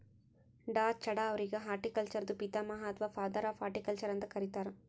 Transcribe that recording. ಡಾ.ಚಢಾ ಅವ್ರಿಗ್ ಹಾರ್ಟಿಕಲ್ಚರ್ದು ಪಿತಾಮಹ ಅಥವಾ ಫಾದರ್ ಆಫ್ ಹಾರ್ಟಿಕಲ್ಚರ್ ಅಂತ್ ಕರಿತಾರ್